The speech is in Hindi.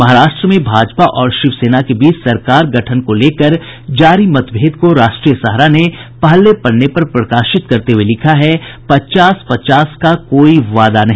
महाराष्ट्र में भाजपा और शिवसेना के बीच सरकार गठन को लेकर जारी मतभेद को राष्ट्रीय सहारा ने पहले पन्ने पर प्रकाशित करते हुये लिखा है पचास पचास का कोई वादा नहीं